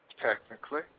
Technically